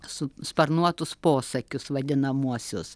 su sparnuotus posakius vadinamuosius